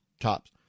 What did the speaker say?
tops